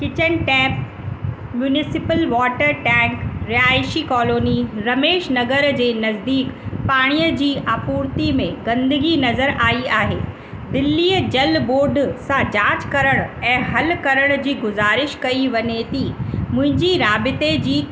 kitchen tap municipal water tank रिहाइशी colony Ramesh Nagar जे नज़दीकु पाणीअ जी आपूर्ती में गंदिगी नज़र आई आहे दिल्लीअ जल बोर्ड सां जांच करण ऐं हलु करण जी गुज़ारिश कई वञे थी मुंहिंजी राब्ते जी